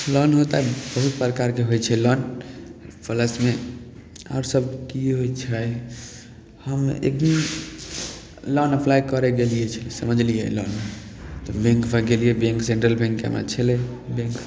loan होता बहुत प्रकारके होइ छै लोन प्लसमे आओरसभ की होइ छै हम एक दिन लोन अप्लाइ करय गेलियै छलए समझलियै लोन तऽ बैंकपर गेलियै बैंक सेंट्रल बैंक हमर छलै बैंक